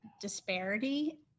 disparity